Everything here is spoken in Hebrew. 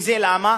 וזה למה?